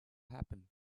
happen